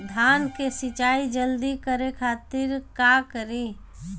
धान के सिंचाई जल्दी करे खातिर का करी?